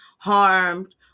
harmed